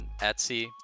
Etsy